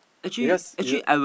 because you don't